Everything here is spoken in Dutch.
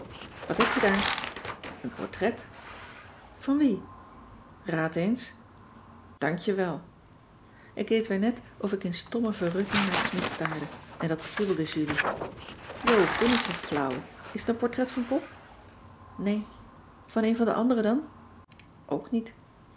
wat heb je daar een portret van wie raad eens dank je wel ik deed weer net of ik in stomme verrukking naar smidt staarde en dat kriebelde julie joop doe niet zoo flauw is t een portret van pop nee van een van de anderen dan ook niet